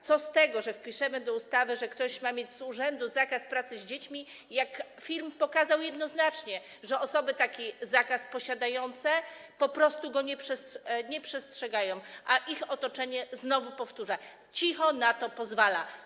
Co z tego, że wpiszemy do ustawy, że ktoś ma mieć z urzędu zakaz pracy z dziećmi, skoro film pokazał jednoznacznie, że osoby mające taki zakaz po prostu go nie przestrzegają, a ich otoczenie, znowu powtórzę, cicho na to pozwala.